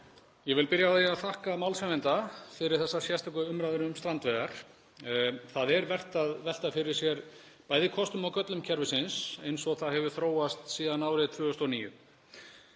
Ég vil byrja á að þakka málshefjanda fyrir þessa sérstöku umræðu um strandveiðar. Það er vert að velta fyrir sér bæði kostum og göllum kerfisins eins og það hefur þróast síðan árið 2009.